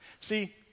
See